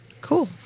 Cool